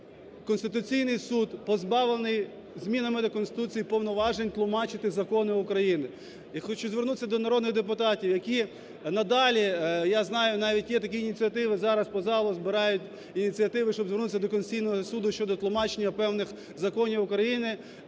Конституційний Суд позбавлений змінами до Конституції повноважень тлумачити закони України. Я хочу звернутися до народних депутатів, які надалі, я знаю навіть є такі ініціативи, зараз по залу збирають ініціативи, щоб звернутися до Конституційного Суду щодо тлумачення певних законів України,